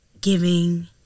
giving